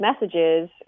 messages